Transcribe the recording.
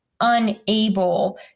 unable